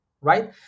right